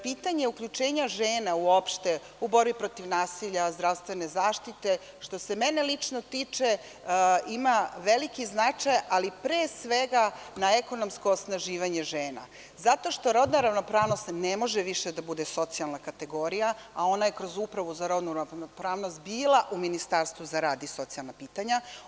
Pitanje uključenja žena uopšte u borbi protiv nasilja, zdravstvene zaštite, što se mene lično tiče, ima veliki značaj, ali pre svega na ekonomsko osnaživanje žena zato što rodna ravnopravnost ne može više da bude socijalna kategorija, a ona je kroz Upravu za rodnu ravnopravnost bila u Ministarstvu za rad i socijalna pitanja.